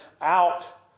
out